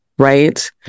Right